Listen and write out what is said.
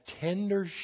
tender